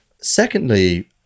Secondly